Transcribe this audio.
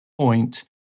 point